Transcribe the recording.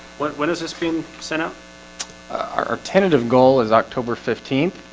when when is this being sent out our tentative goal is october fifteenth?